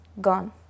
gone